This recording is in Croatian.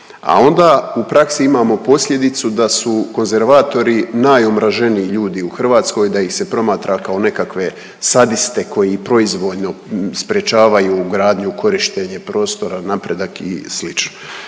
a onda u praksi imamo posljedicu da su konzervatori najomraženiji ljudi u Hrvatskoj, da ih se promatra kao nekakve sadiste koji proizvoljno sprečavaju gradnju, korištenje prostora, napredak i